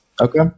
Okay